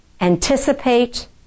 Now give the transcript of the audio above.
anticipate